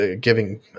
giving